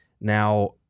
Now